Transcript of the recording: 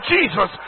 Jesus